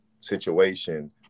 situation